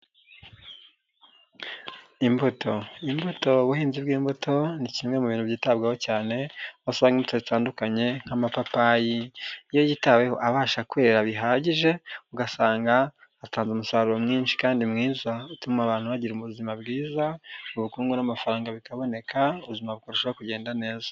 Imbuto, ubuhinzi bw'imbuto ni kimwe mu bintu byitabwaho cyane, aho uasanga imbuto zitandukanye nk'amapapayi iyo yitaweho abasha kwera bihagije, ugasanga hatanze umusaruro mwinshi kandi mwiza utuma abantu bagira ubuzima bwiza, ubukungu n'amafaranga bikaboneka ubuzima bukarushaho kugenda neza.